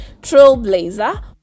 trailblazer